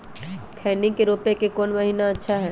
खैनी के रोप के कौन महीना अच्छा है?